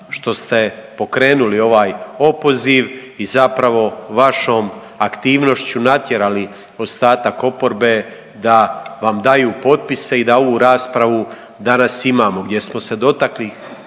što ste pokrenuli ovaj opoziv i zapravo vašom aktivnošću natjerali ostatak oporbe da vam daju potpise i da ovu raspravu danas imamo gdje smo se dotakli